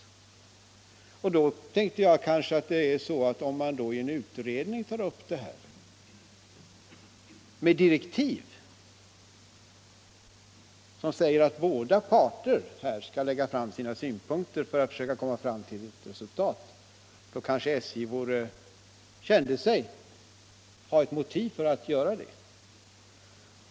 Mot den bakgrunden tänkte jag att om man tar upp detta i en utredning med direktiv, som säger att båda parter skall lägga fram sina synpunkter för att försöka komma till ett resultat, så kanske SJ känner sig ha ett motiv för att göra detta.